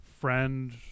friend